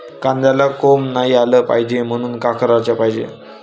कांद्याला कोंब नाई आलं पायजे म्हनून का कराच पायजे?